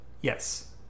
Yes